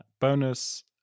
bonus